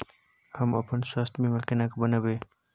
हम अपन स्वास्थ बीमा केना बनाबै?